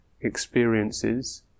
experiences